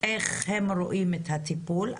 איך הם רואים את הטיפול,